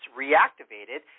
reactivated